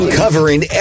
covering